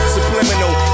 Subliminal